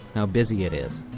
how busy it is.